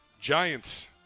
Giants